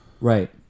right